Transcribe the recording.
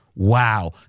Wow